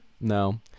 No